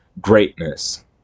greatness